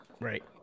Right